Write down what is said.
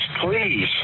Please